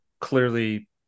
clearly